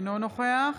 אינו נוכח